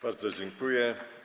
Bardzo dziękuję.